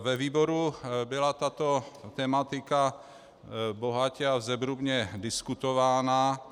Ve výboru byla tato tematika bohatě a zevrubně diskutována.